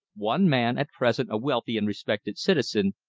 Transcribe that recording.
one man, at present a wealthy and respected citizen,